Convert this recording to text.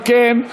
אם כן,